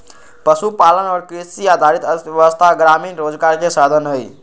पशुपालन और कृषि आधारित अर्थव्यवस्था ग्रामीण रोजगार के साधन हई